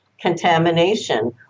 contamination